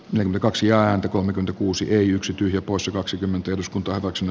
noin kaksi ääntä kolmekymmentäkuusi ei yksityisiä usa kaksikymmentä kuntoutuksen